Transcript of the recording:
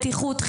בריאות,